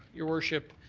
your worship,